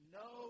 no